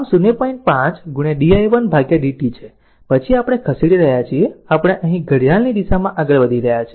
5 di1 dt છે પછી આપણે ખસેડી રહ્યા છીએ આપણે અહીં ઘડિયાળની દિશામાં આગળ વધી રહ્યા છીએ